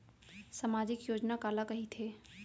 सामाजिक योजना काला कहिथे?